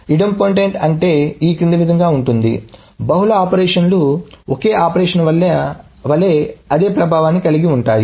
idempotent అంటే ఈ క్రిందివిధముగా ఉంటుంది బహుళ ఆపరేషన్లు ఒకే ఆపరేషన్ వలె అదే ప్రభావాన్ని కలిగి ఉంటాయి